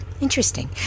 interesting